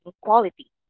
quality